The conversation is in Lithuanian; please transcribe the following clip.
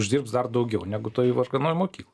uždirbs dar daugiau negu toj varganoj mokykloj